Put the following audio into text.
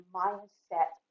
mindset